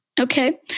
Okay